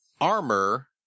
armor